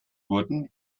wurden